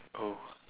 oh